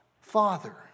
Father